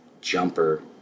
Jumper